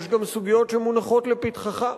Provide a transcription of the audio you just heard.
יש גם סוגיות שמונחות לפתחך.